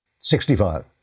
65